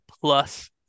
plus